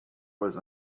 was